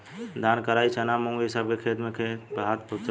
धान, कराई, चना, मुंग इ सब के खेत में घास बहुते होला